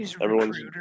everyone's